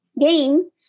game